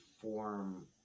form